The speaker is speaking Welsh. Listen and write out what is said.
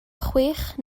chwech